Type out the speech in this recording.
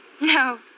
No